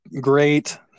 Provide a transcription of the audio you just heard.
great